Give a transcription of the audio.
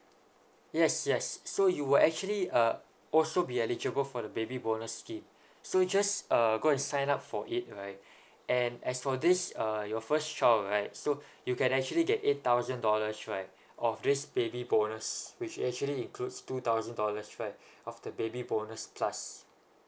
yes yes so you would actually uh also be eligible for the baby bonus scheme so just uh go and sign up for it right and as for this uh your first child right so you can actually get eight thousand dollars right of this baby bonus which actually includes two thousand dollars right after baby bonus plus